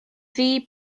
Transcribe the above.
ddi